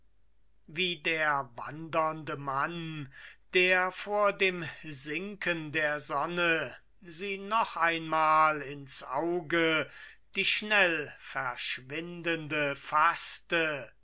wie der wandernde mann der vor dem sinken der sonne sie noch einmal ins auge die schnell verschwindende faßte